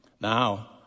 Now